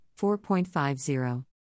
4.50